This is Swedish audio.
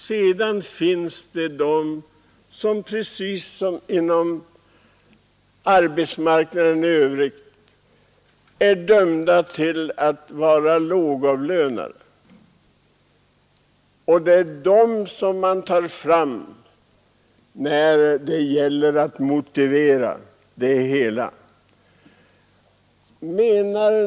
Sedan finns det, precis som inom arbetsmarknaden i övrigt, de som är dömda till att vara lågavlönade. Det är dem man tar fram när det gäller att motivera det här förslaget.